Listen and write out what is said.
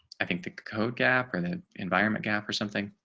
i think the code gap or the environment gap or something.